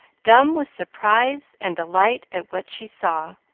dumb with surprise and delight at what she saw.